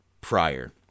prior